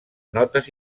notes